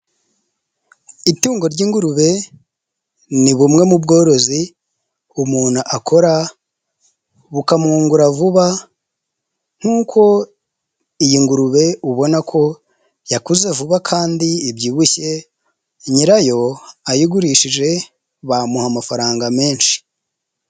Itungo ry'ingurube ni bumwe mu bworozi umuntu akora, bukamwungura vuba nk'uko iyi ngurube ubona ko yakuze vuba kandibyibushye, nyirayo ayigurishije bamuha amafaranga menshi.